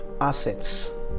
assets